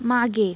मागे